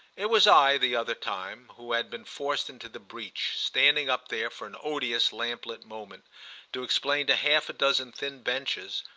it was i, the other time, who had been forced into the breach, standing up there for an odious lamplit moment to explain to half a dozen thin benches,